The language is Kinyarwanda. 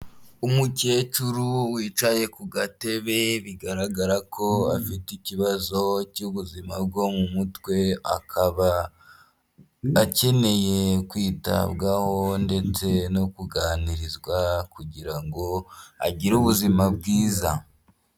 Umukecuru wicaye ku gatebe, bigaragara ko afite ikibazo cy'ubuzima bwo mu mutwe, akaba akeneye kwitabwaho ndetse no kuganirizwa, kugira ngo agire ubuzima bwiza.